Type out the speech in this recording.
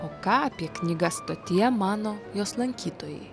o ką apie knygas stotyje mano jos lankytojai